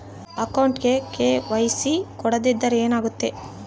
ಅಕೌಂಟಗೆ ಕೆ.ವೈ.ಸಿ ಕೊಡದಿದ್ದರೆ ಏನಾಗುತ್ತೆ?